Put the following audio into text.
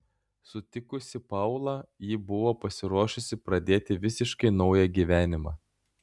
sutikusi paulą ji buvo pasiruošusi pradėti visiškai naują gyvenimą